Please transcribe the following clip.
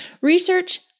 research